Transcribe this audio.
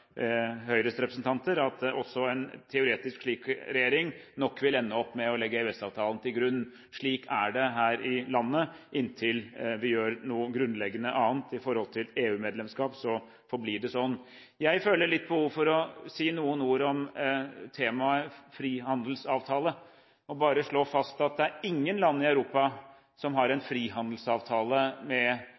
Høyres representanter, at også en teoretisk slik regjering vil ende opp med å legge EØS-avtalen til grunn. Slik er det her i landet. Inntil vi gjør noe grunnleggende annet i forhold til EU-medlemskap, forblir det sånn. Jeg føler litt behov for å si noen ord om temaet frihandelsavtale og bare slå fast at det er ingen land i Europa som har en frihandelsavtale med